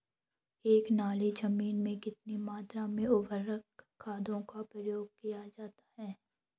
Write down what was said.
एक नाली जमीन में कितनी मात्रा में उर्वरक खादों का प्रयोग किया जाता है?